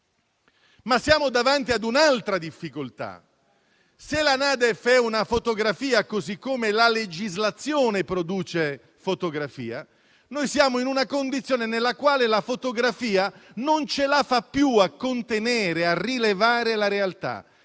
ma siamo davanti ad un'altra difficoltà: se la NADEF è una fotografia, così come la legislazione prevede, noi siamo in una condizione nella quale la fotografia non ce la fa più a contenere, a rilevare la realtà.